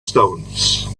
stones